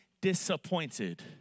disappointed